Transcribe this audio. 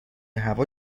هوا